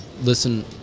Listen